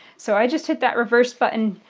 so i just hit that reverse button,